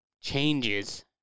changes